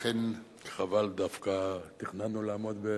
לכן, חבל, דווקא תכננו לעמוד,